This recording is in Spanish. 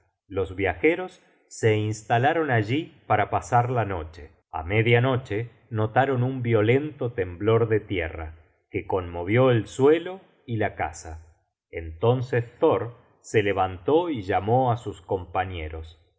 los viajeros se instalaron allí para pasar la noche a media noche notaron un violento temblor de tierra que conmovió el suelo y la casa entonces thor se levantó y llamó á sus compañeros